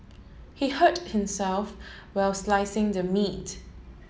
he hurt himself while slicing the meat